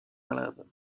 malade